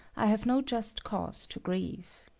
i have no just cause to grieve.